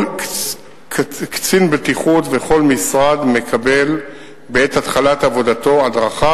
כל קצין בטיחות בכל משרד מקבל בעת התחלת עבודתו הדרכה